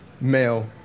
male